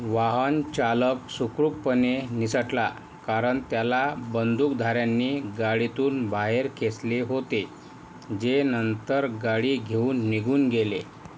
वाहनचालक सुखरूपपणे निसटला कारण त्याला बंदूकधाऱ्यांनी गाडीतून बाहेर खेचले होते जे नंतर गाडी घेऊन निघून गेले